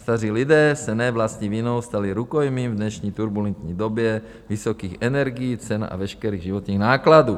Staří lidé se ne vlastní vinou stali rukojmí v dnešní turbulentní době vysokých cen energií a veškerých životních nákladů.